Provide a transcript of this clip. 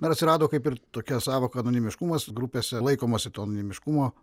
na ir atsirado kaip ir tokia sąvoka anonimiškumas grupėse laikomasi to anonimiškumo